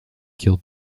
kill